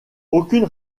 aucune